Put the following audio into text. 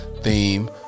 theme